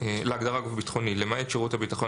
להדגרה "גוף ביטחוני" למעט שירות הביטחון